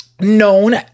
known